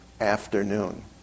afternoon